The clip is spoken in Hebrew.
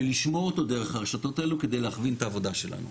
ולשמוע אותו דרך הרשתות האלו כדי להכווין את העבודה שלנו.